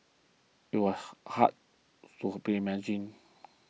it was hard to imagine